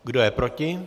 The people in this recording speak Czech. Kdo je proti?